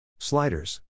Sliders